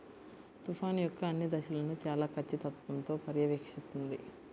తుఫాను యొక్క అన్ని దశలను చాలా ఖచ్చితత్వంతో పర్యవేక్షిస్తుంది